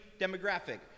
demographic